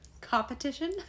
competition